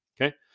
Okay